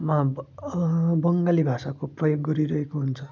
मा बङ्गाली भाषाको प्रयोग गरिरहेको हुन्छ